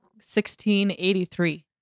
1683